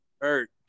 hurt